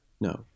No